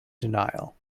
denial